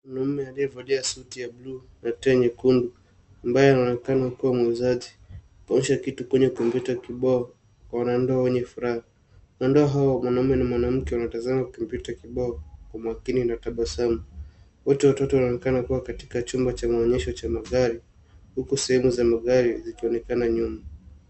Mnamume aliyevalia suti ya buluu na tai nyekundu, ambaye anaonekana kuwa muuzaji, anaeonyesha kitu kwenye kompyuta kibao kwa wanandoa wenye furaha. Wandoa hawa wa mwanamume na mwanamke wanatazama kompyuta kibao, kwa makini na tabasamu. Wote watatu wanaonekana kuwa katika chumba cha maonyesho cha magari, huku sehemu za magari zikionekana nyuma.